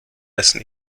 dessen